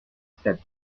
said